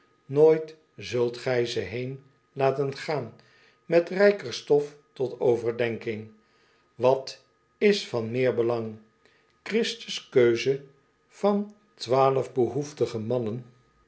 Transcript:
nooit zult gij ze heen laten gaan met rijker stof tot overdenking wat is van meer belang christus keuze van twaalf behoeftige mannen